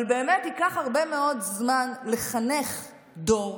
אבל באמת ייקח הרבה מאוד זמן לחנך דור